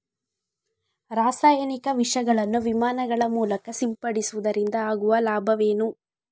ರಾಸಾಯನಿಕ ವಿಷಗಳನ್ನು ವಿಮಾನಗಳ ಮೂಲಕ ಸಿಂಪಡಿಸುವುದರಿಂದ ಆಗುವ ಲಾಭವೇನು?